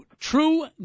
true